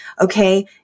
okay